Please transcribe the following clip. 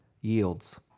yields